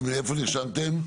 איפה נרשמתם?